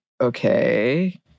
okay